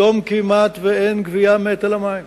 פתאום כמעט אין גבייה מהיטל המים.